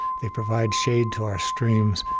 they provide shade to our streams.